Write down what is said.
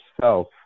self